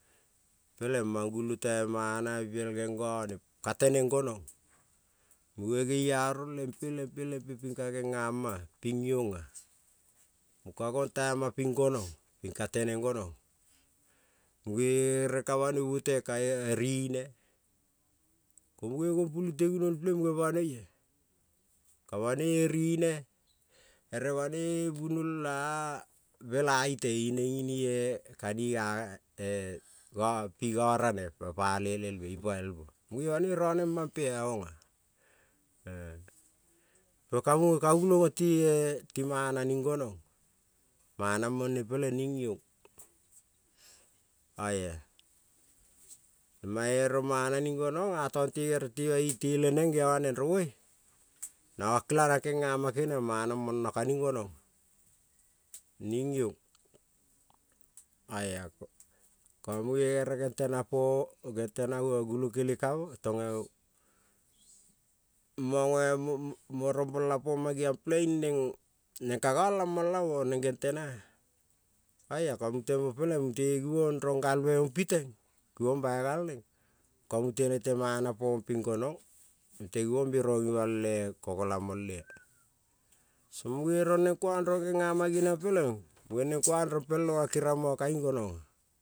Peleng mang gulo tai manave biel geng-gone ka teneng gonong, muge-e lampe, lampe, lampe ping kage nga- ma-a ping iang-a, ka gontai ma ping gonong ping ka teneng gonong, muge-e rengkamang ni-mute ka-e rine, ko muge gong pulu te gunol pe muge banoi-a ka banoi rine ere banoi bunol-a-amela ite in-neng ini-e ka-niga-ae-ga ti ga rone ma pa le lelve ipa el, muge banoi rone mampe-a aong-a, ko-ka muge ka gulo gonti-e mana ning gonong mana mone peleng ning iong, oia mange rong nana ning gonong atonte ere tema iteleneng geong anong rong o-e, nang kakelang kenama keniong mana mana ka-ing gonong, ning iong, oia ko ere gentena po gentena gulong kele ka-ngo tong mo-rong bolapoma geviong peleng ing neng ka ga-lamang la-mo neng gentena-a oia ko mute mo peleng mute givong rong galveong piteng givong bailgalneng, ko mute rete mana po-ong ping gonong mute givong biaro-ong ima-el-e kagola mole-a muge rong neng kuang rong gengama geriong peleng munge neng kuang rempel-ong-o keria moa kaling gonong.